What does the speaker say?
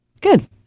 Good